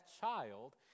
child